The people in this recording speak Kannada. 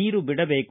ನೀರು ಬಿಡಬೇಕು